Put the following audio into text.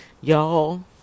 Y'all